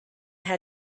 had